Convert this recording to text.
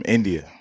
India